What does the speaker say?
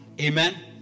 Amen